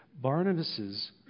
Barnabas's